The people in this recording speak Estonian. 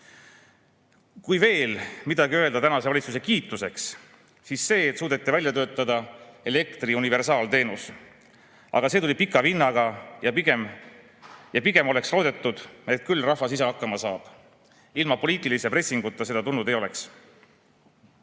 veel midagi öelda tänase valitsuse kiituseks, siis seda, et suudeti välja töötada elektri universaalteenus. Aga see tuli pika vinnaga ja pigem loodeti, et küll rahvas ise hakkama saab. Ilma poliitilise pressinguta seda tulnud ei